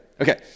Okay